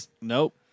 Nope